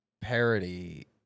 parody